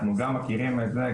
אנחנו גם מכירים את זה,